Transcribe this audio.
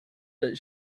that